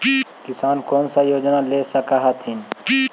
किसान कोन सा योजना ले स कथीन?